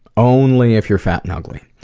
only if you're fat and ugly.